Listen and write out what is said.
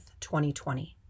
2020